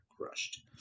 crushed